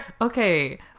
okay